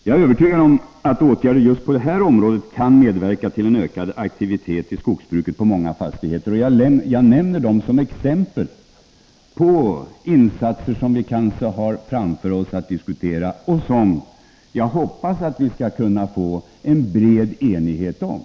Jag är övertygad om att åtgärder just på det här området kan medverka till en ökad aktivitet i skogsbruket på många fastigheter. Jag nämner dessa åtgärder som exempel på insatser som vi framdeles kommer att få diskutera och som jag hoppas att vi skall kunna få en bred enighet om.